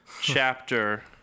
chapter